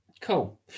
Cool